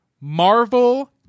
marvel